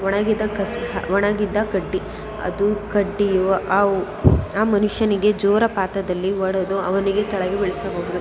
ಒಣಗಿದ ಕಸ ಒಣಗಿದ ಕಡ್ಡಿ ಅದು ಕಡ್ಡಿಯೋ ಅವು ಆ ಮನುಷ್ಯನಿಗೆ ಜೋರ ಪಾತ್ರದಲ್ಲಿ ಹೊಡೆದು ಅವನಿಗೆ ಕೆಳಗೆ ಬೀಳಿಸಬಹುದು